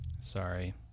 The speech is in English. sorry